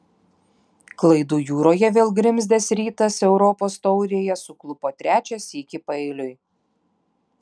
klaidų jūroje vėl grimzdęs rytas europos taurėje suklupo trečią sykį paeiliui